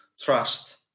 trust